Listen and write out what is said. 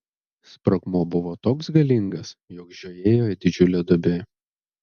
sprogmuo buvo toks galingas jog žiojėjo didžiulė duobė